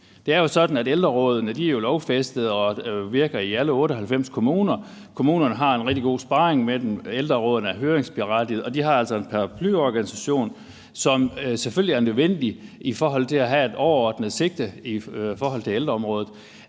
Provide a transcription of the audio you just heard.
ældrerådene jo er lovfæstet og virker i alle 98 kommuner. Kommunerne har en rigtig god sparring med dem. Ældrerådene er høringsberettigede, og de har altså en paraplyorganisation, som selvfølgelig er nødvendig for at have et overordnet sigte i forhold til ældreområdet.